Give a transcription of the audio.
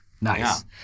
nice